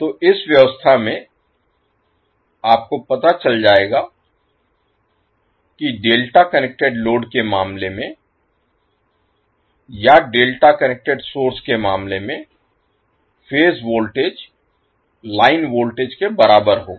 तो इस व्यवस्था में आपको पता चल जाएगा कि डेल्टा कनेक्टेड लोड के मामले में या डेल्टा कनेक्टेड सोर्स के मामले में फेज वोल्टेज लाइन वोल्टेज के बराबर होगा